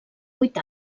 vuit